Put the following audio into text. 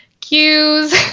cues